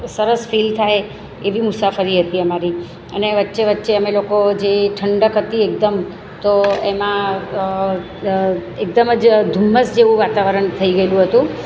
સરસ ફિલ થાય એવી મુસાફરી હતી અમારી અને વચ્ચે વચ્ચે અમે લોકો જે ઠંડક હતી એકદમ તો એમાં એકદમ જ ધૂમ્મસ જેવું વાતાવરણ થઈ ગયેલું હતું